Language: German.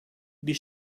die